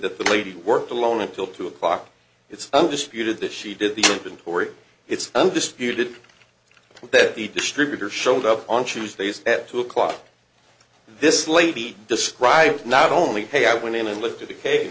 that the lady worked alone until two o'clock it's undisputed that she did the inquiry it's undisputed that the distributor showed up on tuesdays at two o'clock this lady described not only hey i went in and looked at the